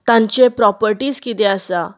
तांचे प्रोपर्टीस कितें आसता